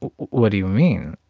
what do you mean?